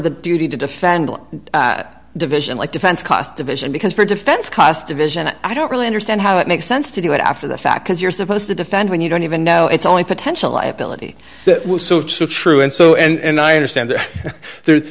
the duty to defend division like defense costs division because for defense costs division i don't really understand how it makes sense to do it after the fact as you're supposed to defend when you don't even know it's only potential liability true and so and i understand there's there's